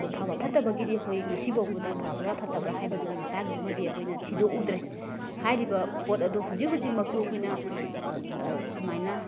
ꯑꯗꯨ ꯐꯕ ꯐꯠꯇꯕꯒꯤꯗꯤ ꯑꯩꯈꯣꯏ ꯉꯁꯤ ꯐꯥꯎꯕꯗ ꯐꯕ꯭ꯔꯥ ꯐꯠꯇꯕ꯭ꯔꯥ ꯍꯥꯏꯕꯗꯨꯒꯤ ꯃꯇꯥꯡꯗꯨꯃꯗꯤ ꯑꯩꯈꯣꯏꯅ ꯊꯤꯗꯣꯛꯎꯗ꯭ꯔꯦ ꯍꯥꯏꯔꯤꯕ ꯄꯣꯠ ꯑꯗꯣ ꯍꯧꯖꯤꯛ ꯍꯧꯖꯤꯛꯃꯛꯁꯨ ꯑꯩꯈꯣꯏꯅ ꯁꯨꯃꯥꯏꯅ